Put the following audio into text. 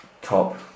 top